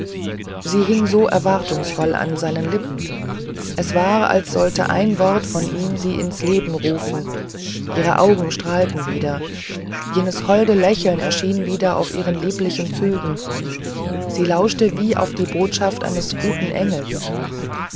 sie hing so erwartungsvoll an seinen lippen es war als sollte ein wort von ihm sie ins leben rufen ihr auge strahlte wieder jenes holde lächeln erschien wieder auf ihren lieblichen zügen sie lauschte wie auf die botschaft eines guten engels